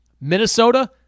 Minnesota